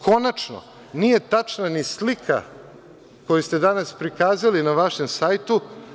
Konačno, nije tačna ni slika koju ste danas prikazali na vašem sajtu.